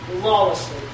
lawlessly